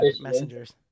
messengers